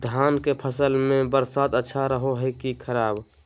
धान के फसल में बरसात अच्छा रहो है कि खराब?